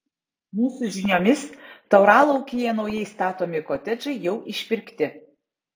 mūsų žiniomis tauralaukyje naujai statomi kotedžai jau išpirkti